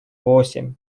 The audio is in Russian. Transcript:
восемь